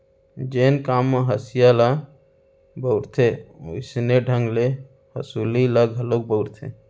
जेन काम म हँसिया ल बउरथे वोइसने ढंग ले हँसुली ल घलोक बउरथें